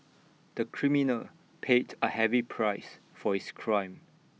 the criminal paid A heavy price for his crime